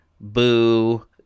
Boo